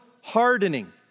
hardening